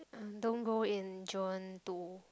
uh don't go in June to